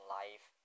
life